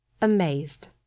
amazed